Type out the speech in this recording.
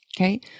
Okay